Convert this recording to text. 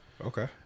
Okay